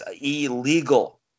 illegal